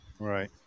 Right